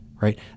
right